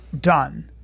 done